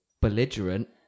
belligerent